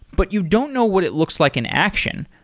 but you don't know what it looks like in action,